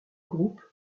groupe